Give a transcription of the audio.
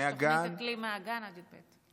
תוכנית אקלים מהגן עד י"ב.